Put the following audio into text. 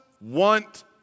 want